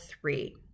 three